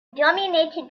dominated